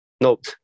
Nope